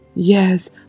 Yes